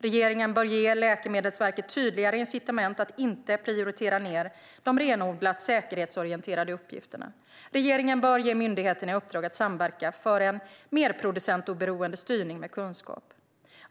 Regeringen bör ge Läkemedelsverket tydligare incitament att inte prioritera ned de renodlat säkerhetsorienterade uppgifterna. Regeringen bör ge myndigheterna i uppdrag att samverka för en mer producentoberoende styrning med kunskap.